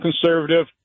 conservative